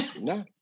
No